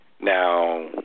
now